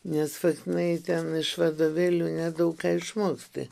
nes faktinai ten iš vadovėlių ne daug ką išmoksti